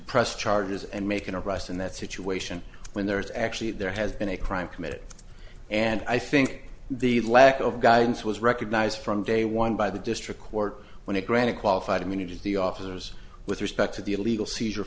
press charges and make an arrest in that situation when there is actually there has been a crime committed and i think the lack of guidance was recognized from day one by the district court when it granted qualified immunity to the officers with respect to the illegal seizure